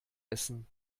essen